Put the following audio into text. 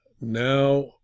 now